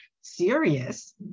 serious